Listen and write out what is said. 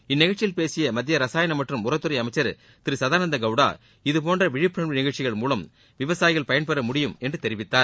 இந்நிகழ்ச்சியில் பேசிய மத்திய ரசாயன மற்றும் உரத்துறை அமைச்சர் திரு சதானந்த கவுடா இதுபோன்ற விழிப்புணர்வு நிகழ்ச்சிகள் மூலம் விவசாயிகள் பயன்பெற முடியும் என்று தெரிவித்தார்